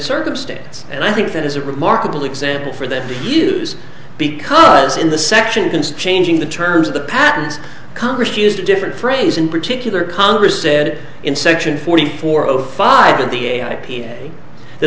circumstances and i think that is a remarkable example for them to use because in the section can change in the terms of the patent congress used a different phrase in particular congress said in section forty four of five in the a i p a that